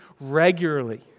regularly